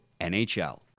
NHL